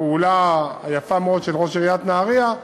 הפעולה היפה מאוד של ראש עיריית נהריה,